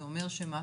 זה אומר שמה,